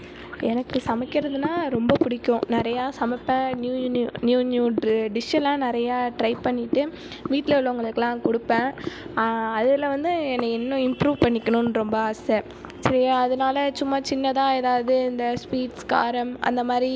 எனக்கு சமைக்கிறதுனால் ரொம்ப பிடிக்கும் நிறைய சமைப்பேன் new new new new dish எல்லாம் நிறையா ட்ரை பண்ணிவிட்டு வீட்டில் உள்ளவங்களுக்கெல்லாம் கொடுப்பேன் அதில் வந்து என்னை இன்னும் இம்ப்ரூவ் பண்ணிக்கணும்னு ரொம்ப ஆசை சரி அதனாலே சும்மா சின்னதாக எதாவது இந்த ஸ்வீட்ஸ் காரம் அந்த மாதிரி